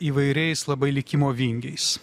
įvairiais labai likimo vingiais